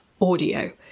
audio